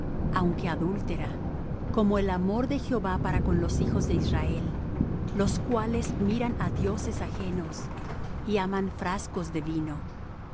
aunque adúltera como el amor de jehová para con los hijos de israel los cuales miran á dioses ajenos y aman frascos de vino